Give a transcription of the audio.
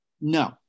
No